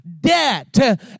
debt